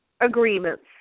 agreements